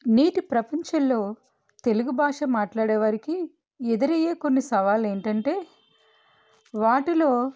నేటి ప్రపంచంలో తెలుగు భాష మాట్లాడేవారికి ఎదురయ్యే కొన్ని సవాళ్ళు ఏంటంటే వాటిలో